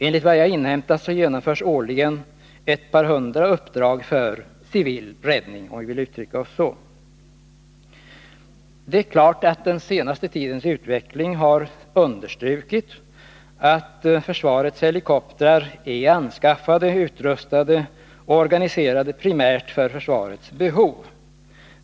Enligt vad jag inhämtat genomförs årligen ett par hundra uppdrag för civila räddningsändamål. Självfallet har den senaste tidens utveckling understrukit att försvarets helikoptrar är anskaffade, utrustade och organiserade primärt för försvarets behov.